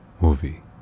movie